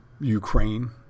Ukraine